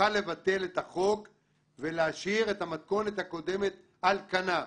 נוכל לבטל את החוק ולהשאיר את המתכונת הקודמת על כנה,